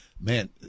man